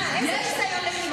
איזה ניסיון לחימה יש לנו?